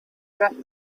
drank